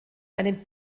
einen